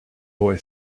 boy